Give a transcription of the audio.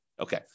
Okay